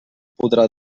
podrà